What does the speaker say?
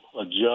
adjust